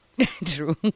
true